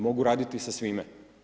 Mogu raditi sa svime.